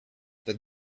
that